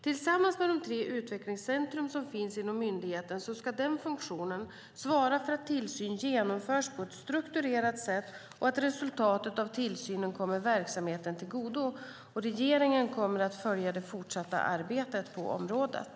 Tillsammans med de tre utvecklingscentrum som finns inom myndigheten ska den funktionen svara för att tillsyn genomförs på ett strukturerat sätt och att resultatet av tillsynen kommer verksamheten till godo. Regeringen kommer att följa det fortsatta arbetet på området.